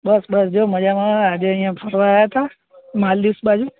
બસ બસ જો મજામાં આજે અહીંયા ફરવા આવ્યા હતા માલદિવ્સ બાજુ